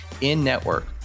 in-network